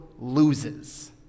loses